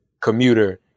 commuter